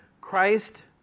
Christ